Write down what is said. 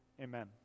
Amen